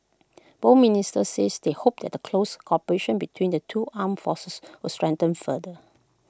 both ministers said they hoped the close cooperation between the two armed forces would strengthen further